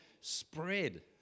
spread